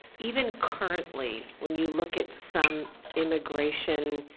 even currently, when you look at some immigration